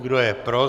Kdo je pro?